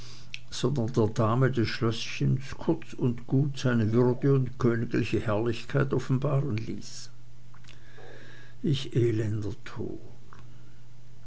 sondern der dame des schlößchens kurz und gut seine würde und königliche herrlichkeit offenbaren ließ ich elender